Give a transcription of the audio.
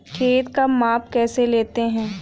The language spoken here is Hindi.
खेत का माप कैसे लेते हैं?